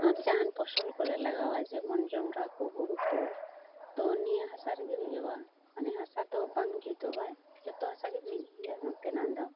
ᱟᱨ ᱡᱟᱦᱟᱱ ᱯᱷᱚᱥᱚᱞᱠᱚ ᱞᱮ ᱞᱟᱜᱟᱣᱟ ᱡᱮᱢᱚᱱ ᱡᱚᱸᱰᱨᱟᱠᱚ ᱦᱩᱲᱩᱠᱚ ᱛᱳ ᱱᱤᱭᱟᱹ ᱦᱟᱥᱟ ᱨᱮᱜᱮ ᱦᱩᱭᱩᱜᱼᱟ ᱢᱟᱱᱮ ᱦᱟᱥᱟᱫᱚ ᱵᱟᱝ ᱡᱩᱫᱟᱹᱣᱟ ᱡᱚᱛᱚ ᱦᱟᱥᱟᱜᱮ ᱢᱤᱫ ᱜᱮᱭᱟ ᱱᱚᱛᱮᱱᱟᱜ ᱫᱚ